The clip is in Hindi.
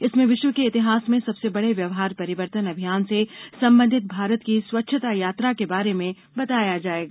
इसमें विश्व के इतिहास में सबसे बड़े व्यवहार परिवर्तने अभियान से संबंधित भारत की स्वच्छता यात्रा के बारे में बताया जाएगा